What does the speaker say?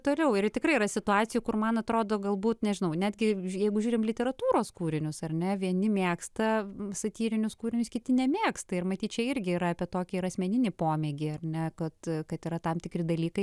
tariau ir tikrai yra situacijų kur man atrodo galbūt nežinau netgi jeigu žiūrim literatūros kūrinius ar ne vieni mėgsta satyrinius kūrinius kiti nemėgsta ir matyt čia irgi yra apie tokį ir asmeninį pomėgį ar ne kad kad yra tam tikri dalykai